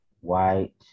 white